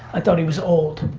i thought he was old.